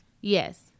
Yes